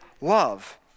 love